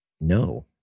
no